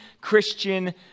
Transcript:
Christian